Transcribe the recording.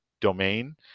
domain